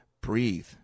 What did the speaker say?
Breathe